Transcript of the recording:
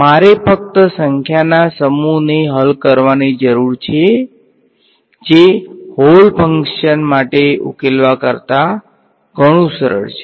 મારે ફક્ત સંખ્યાના સમૂહને હલ કરવાની જરૂર છે જે હોલ ફંક્શન માટે ઉકેલવા કરતાં ઘણું સરળ છે